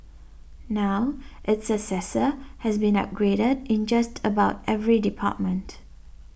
now its successor has been upgraded in just about every department